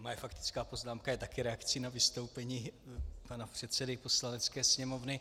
Moje faktická poznámka je také reakcí na vystoupení pana předsedy Poslanecké sněmovny.